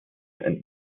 and